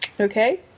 okay